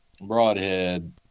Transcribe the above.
broadhead